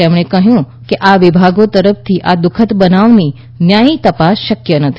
તેમણે કહ્યું કે આ વિભાગો તરફથી આ દુઃખદ બનાવની ન્યાયી તપાસ શક્ય નથી